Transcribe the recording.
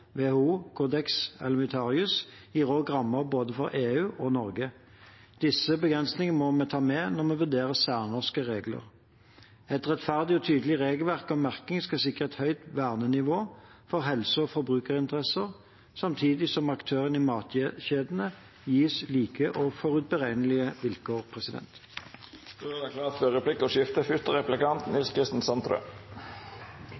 WHO, Codex Alimentarius, gir også rammer, både for EU og Norge. Disse begrensningene må vi ta med når vi vurderer særnorske regler. Et rettferdig og tydelig regelverk om merking skal sikre et høyt vernenivå for helse og forbrukerinteresser, samtidig som aktørene i matkjedene gis like og forutberegnelige vilkår. Det vert replikkordskifte. Det